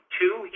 two